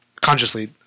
consciously